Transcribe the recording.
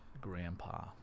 grandpa